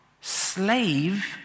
Slave